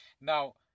now